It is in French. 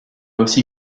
aussi